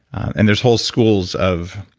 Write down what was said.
and there's whole schools of,